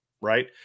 Right